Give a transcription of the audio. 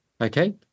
Okay